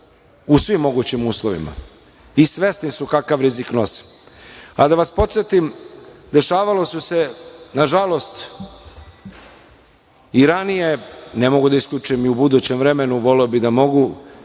u svim mogućim uslovima i svesni su kakav rizik nose. Da vas podsetim, dešavala su se, nažalost, i ranije, ne mogu da isključim i u budućem vremenu, voleo bih da mogu,